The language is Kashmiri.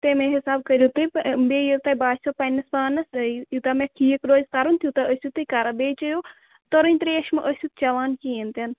تَمے حِسابہٕ کٔرِو تُہۍ بیٚیہِ ییٚلہِ تۄہہِ باسٮ۪و پَنٕنِس پانَس ترٛٲوِو یوٗتاہ مےٚ ٹھیٖک روزِ کَرُن تیٛوٗتاہ ٲسِو تُہۍ کران بیٚیہِ چٮ۪یو تٔرٕنۍ ترٛیش مہٕ ٲسِو چٮ۪وان کِہیٖنٛۍ تہِ نہٕ